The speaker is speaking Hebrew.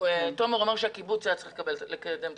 תומר אומר שהקיבוץ היה צריך לקדם את התוכנית.